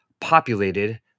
populated